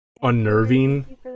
unnerving